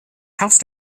house